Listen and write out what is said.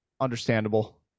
Understandable